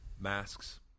masks